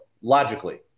logically